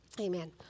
Amen